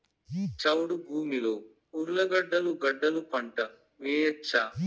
చౌడు భూమిలో ఉర్లగడ్డలు గడ్డలు పంట వేయచ్చా?